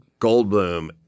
Goldblum